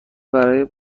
برای